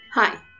Hi